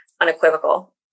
unequivocal